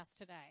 today